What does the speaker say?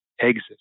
exit